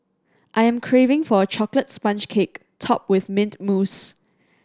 I am craving for a chocolate sponge cake topped with mint mousse